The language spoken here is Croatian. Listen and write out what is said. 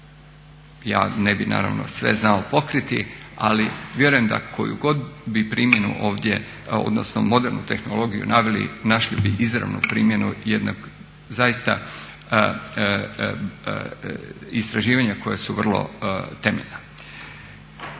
Ja ne bih naravno sve znao pokriti, ali vjerujem da koju god bi primjenu ovdje odnosno modernu tehnologiju naveli našli bi izravnu primjenu jednog zaista istraživanja koja su vrlo temeljna.